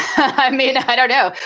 i mean, i don't know.